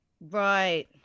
Right